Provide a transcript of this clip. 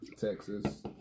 Texas